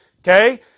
okay